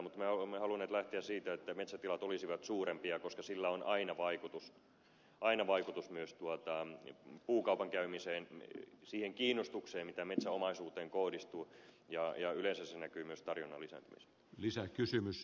mutta me olemme halunneet lähteä siitä että metsätilat olisivat suurempia koska sillä on aina vaikutus myös puukaupan käymiseen siihen kiinnostukseen mitä metsäomaisuuteen kohdistuu ja yleensä se näkyy myös tarjonnan lisääntymisenä